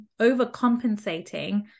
overcompensating